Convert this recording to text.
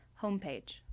homepage